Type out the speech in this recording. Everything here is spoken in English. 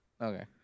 Okay